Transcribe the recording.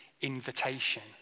invitation